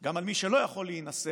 גם על מי שלא יכול להינשא,